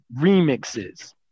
remixes